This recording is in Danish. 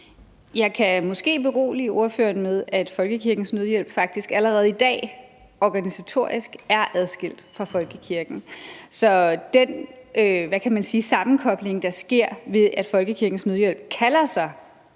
Jeg kan måske berolige ordføreren med, at Folkekirkens Nødhjælp faktisk allerede i dag organisatorisk er adskilt fra folkekirken. Så den sammenkobling, der sker, ved at Folkekirkens Nødhjælp kalder sig